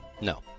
No